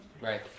Right